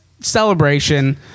celebration